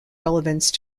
relevance